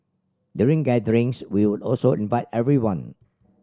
during gatherings we would also invite everyone